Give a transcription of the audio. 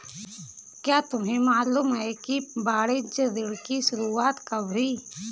क्या तुम्हें मालूम है कि वाणिज्य ऋण की शुरुआत कब हुई?